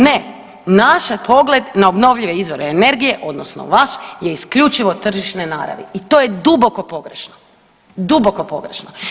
Ne, naš je pogled na obnovljive izvore energije, odnosno vaš je isključivo tržišne naravi i to je duboko pogrešno.